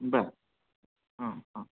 बरं हां हां